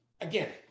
Again